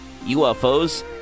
ufos